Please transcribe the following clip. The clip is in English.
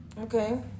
Okay